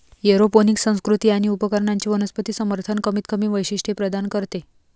aeroponic संस्कृती आणि उपकरणांचे वनस्पती समर्थन कमीतकमी वैशिष्ट्ये प्रदान करते